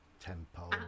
tempo